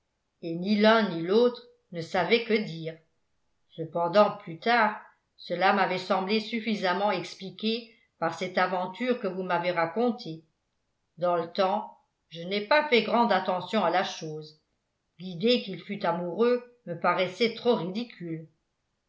et ni l'un ni l'autre ne savaient que dire cependant plus tard cela m'avait semblé suffisamment expliqué par cette aventure que vous m'avez racontée dans le temps je n'ai pas fait grande attention à la chose l'idée qu'il fût amoureux me paraissait trop ridicule